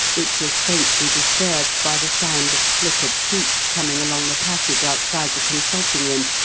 it was faintly disturbed by the sound of slippered feet coming along the passage outside the consulting-room,